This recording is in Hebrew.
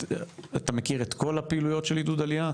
אתה מכיר את כל הפעילויות של עידוד עלייה,